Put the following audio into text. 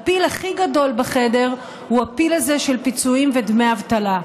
הפיל הכי גדול בחדר הוא הפיל הזה של פיצויים ודמי אבטלה.